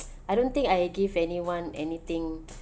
I don't think I give anyone anything